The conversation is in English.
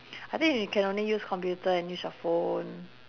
I think you can only use computer and use your phone